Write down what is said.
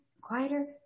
quieter